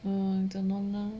嗯真弄呢